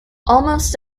almost